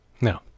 No